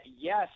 yes